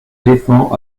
défends